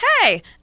hey